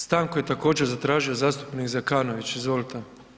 Stanku je također, zatražio zastupnik Zekanović, izvolite.